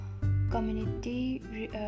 community